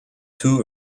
too